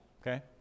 Okay